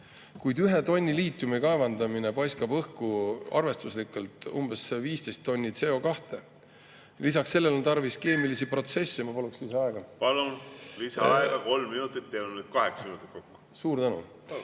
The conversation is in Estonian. kuid ühe tonni liitiumi kaevandamine paiskab õhku arvestuslikult umbes 15 tonni CO2. Lisaks sellele on tarvis keemilisi protsesse. Ma paluks lisaaega. Palun, lisaaeg kolm minutit! Teil on nüüd kaheksa minutit kokku. Palun,